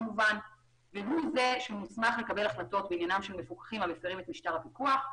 הוא זה שמוסמך לקבל החלטות בעניינם של מפוקחים המפרים את משטר הפיקוח.